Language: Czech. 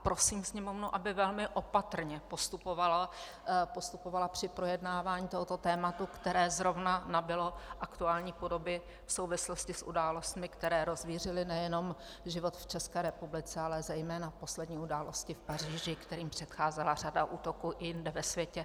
Prosím Sněmovnu, aby velmi opatrně postupovala při projednávání tohoto tématu, které zrovna nabylo aktuální podoby v souvislosti s událostmi, které rozvířily nejenom život v České republice, ale zejména poslední události v Paříži, kterým předcházela řada útoků i jinde ve světě.